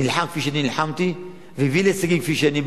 נלחם כפי שאני נלחמתי והביא להישגים כפי שאני,